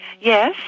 Yes